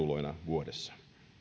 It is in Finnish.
vuodessa